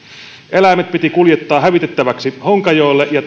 eläimet piti kuljettaa hävitettäväksi honkajoelle ja